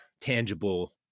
tangible